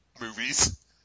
movies